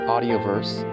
AudioVerse